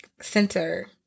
center